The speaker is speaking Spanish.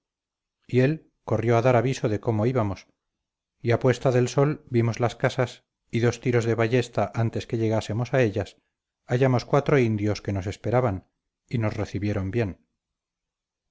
él corrió a dar aviso de cómo íbamos y a puesta del sol vimos las casas y dos tiros de ballesta antes que llegásemos a ellas hallamos cuatro indios que nos esperaban y nos recibieron bien